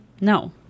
No